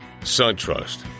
SunTrust